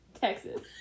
Texas